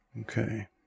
Okay